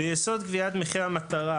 ביסוד קביעת מחיר המטרה,